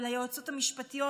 וליועצות המשפטיות,